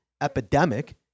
epidemic